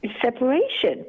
Separation